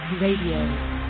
Radio